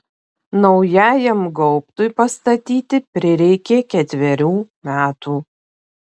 naujajam gaubtui pastatyti prireikė ketverių metų